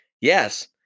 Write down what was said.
yes